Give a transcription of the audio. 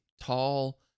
tall